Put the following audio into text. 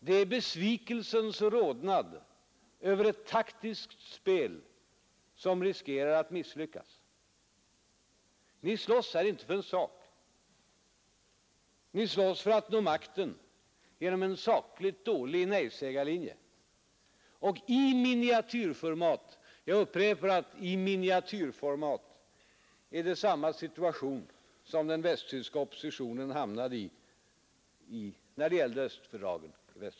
Det är besvikelsens rodnad över ett taktiskt spel som riskerar att misslyckas. Ni slåss här inte för en sak, ni slåss för att nå makten genom en sakligt dålig nejsägarlinje och i miniatyrformat — jag upprepar : i miniatyrformat — är det samma situation som den västtyska oppositionen hamnade i när det gällde östfördragen.